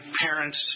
parents